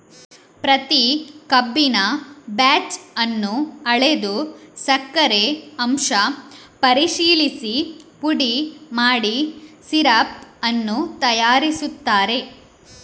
ಪ್ರತಿ ಕಬ್ಬಿನ ಬ್ಯಾಚ್ ಅನ್ನು ಅಳೆದು ಸಕ್ಕರೆ ಅಂಶ ಪರಿಶೀಲಿಸಿ ಪುಡಿ ಮಾಡಿ ಸಿರಪ್ ಅನ್ನು ತಯಾರಿಸುತ್ತಾರೆ